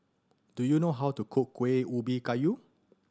do you know how to cook Kuih Ubi Kayu